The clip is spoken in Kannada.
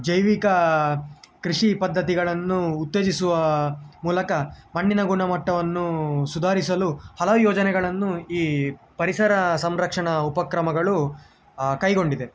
ಜೈವಿಕ ಕೃಷಿ ಪದ್ದತಿಗಳನ್ನು ಉತ್ತೇಜಿಸುವ ಮೂಲಕ ಮಣ್ಣಿನ ಗುಣಮಟ್ಟವನ್ನು ಸುಧಾರಿಸಲು ಹಲವು ಯೋಜನೆಗಳನ್ನು ಈ ಪರಿಸರ ಸಂರಕ್ಷಣಾ ಉಪಕ್ರಮಗಳು ಕೈಗೊಂಡಿದೆ